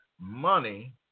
money